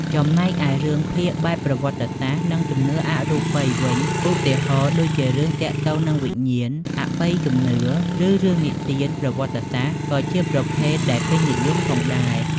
ចំណែកឯរឿងភាគបែបប្រវត្តិសាស្ត្រ និងជំនឿអរូបីវិញ ឧទាហរណ៍ដូចជារឿងទាក់ទងនឹងវិញ្ញាណ អបិយជំនឿ ឬរឿងនិទានប្រវត្តិសាស្ត្រ ក៏ជាប្រភេទដែលពេញនិយមផងដែរ។